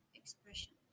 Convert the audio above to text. expression